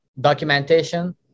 documentation